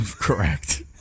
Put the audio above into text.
Correct